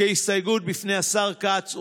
בפני השר כץ.